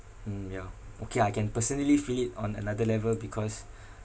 mm yeah okay I can personally feel it on another level because